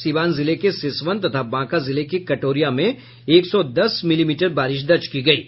सिवान जिले के सिसवन तथा बांका जिले के कटोरिया में एक सौ दस मिलीमीटर बारिश दर्ज की गयी है